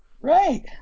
Right